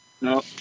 No